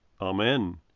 Amen